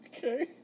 okay